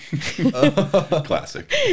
Classic